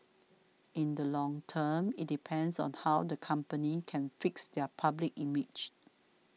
in the long term it depends on how the company can fix their public image